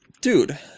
Dude